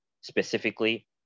Specifically